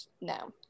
no